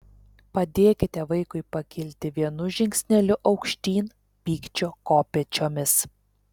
padėkite vaikui pakilti vienu žingsneliu aukštyn pykčio kopėčiomis